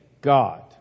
God